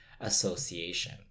Association